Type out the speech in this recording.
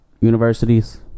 Universities